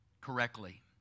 correctly